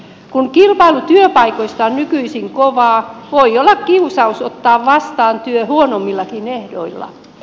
kun kilpailu työpaikoista on nykyisin kovaa voi olla kiusaus ottaa vastaan työ huonommillakin ehdoilla